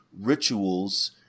rituals